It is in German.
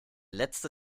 letzte